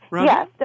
Yes